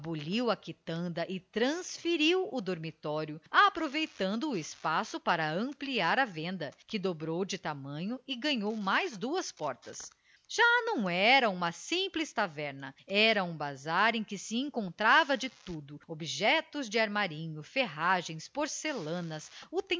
a quitanda e transferiu o dormitório aproveitando o espaço para ampliar a venda que dobrou de tamanho e ganhou mais duas portas já não era uma simples taverna era um bazar em que se encontrava de tudo objetos de armarinho ferragens porcelanas